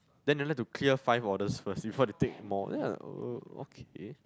then they like to clear five orders first before they make more then I was like uh okay